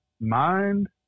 mind